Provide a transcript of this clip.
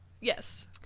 Yes